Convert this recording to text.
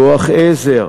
כוח עזר,